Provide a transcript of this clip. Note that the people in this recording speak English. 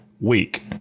week